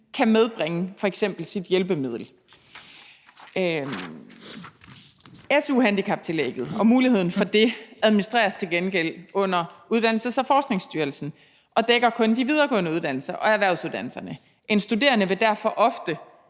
kan medbringe f.eks. sit hjælpemiddel. Su-handicaptillægget og muligheden for det administreres til gengæld under Uddannelses- og Forskningsstyrelsen og dækker kun de videregående uddannelser og erhvervsuddannelserne. En studerende vil derfor ofte